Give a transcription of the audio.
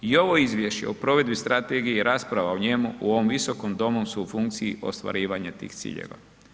I ovo Izvješće o provedbi strategije i rasprava o njemu u ovom Visokom domu su u funkciji ostvarivanja tih ciljeva.